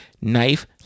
Knife